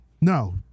No